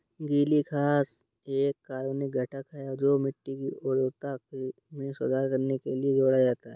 गीली घास एक कार्बनिक घटक है जो मिट्टी की उर्वरता में सुधार करने के लिए जोड़ा जाता है